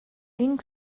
ink